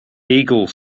eagle